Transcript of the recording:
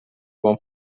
bon